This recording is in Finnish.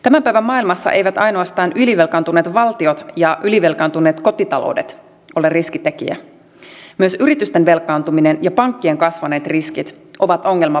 tämän päivän maailmassa eivät ainoastaan ylivelkaantuneet valtiot ja ylivelkaantuneet kotitaloudet ole riskitekijä myös yritysten velkaantuminen ja pankkien kasvaneet riskit ovat ongelma vakaudelle